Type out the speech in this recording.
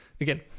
Again